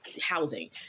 housing